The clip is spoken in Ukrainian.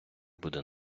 буде